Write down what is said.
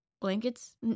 blankets